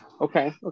Okay